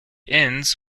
ends